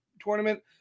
tournament